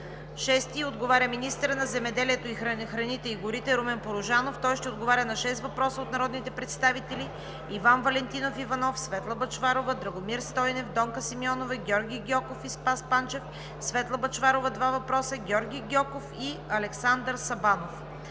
Шести отговаря министърът на земеделието, храните и горите Румен Порожанов на шест въпроса от народните представители Иван Валентинов Иванов, Светла Бъчварова, Драгомир Стойнев, Донка Симеонова, Георги Гьоков и Спас Панчев; Светла Бъчварова – два въпроса, Георги Гьоков и Александър Сабанов.